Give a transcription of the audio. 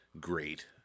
great